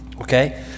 Okay